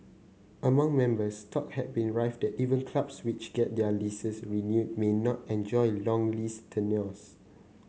among members talk had been rife that even clubs which get their leases renewed may not enjoy long lease tenures